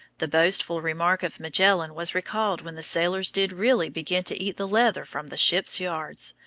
the boastful remark of magellan was recalled when the sailors did really begin to eat the leather from the ship's yards,